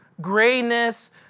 grayness